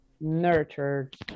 Nurtured